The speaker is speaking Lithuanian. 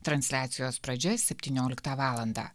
transliacijos pradžia septynioliktą valandą